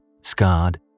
scarred